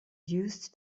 used